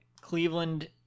Cleveland